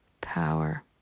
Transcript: power